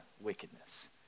wickedness